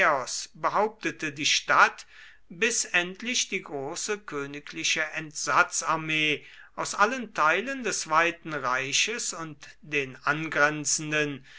behauptete die stadt bis endlich die große königliche entsatzarmee aus allen teilen des weiten reiches und den angrenzenden